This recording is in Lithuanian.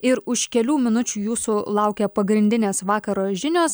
ir už kelių minučių jūsų laukia pagrindinės vakaro žinios